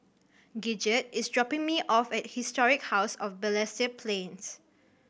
Gidget is dropping me off at Historic House of Balestier Plains